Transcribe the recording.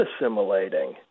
assimilating